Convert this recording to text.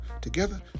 Together